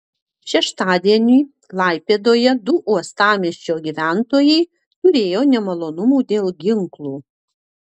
šeštadienį klaipėdoje du uostamiesčio gyventojai turėjo nemalonumų dėl ginklų